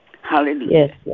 hallelujah